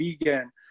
vegan